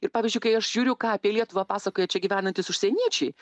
ir pavyzdžiui kai aš žiūriu ką apie lietuvą pasakoja čia gyvenantys užsieniečiai